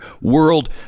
world